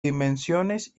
dimensiones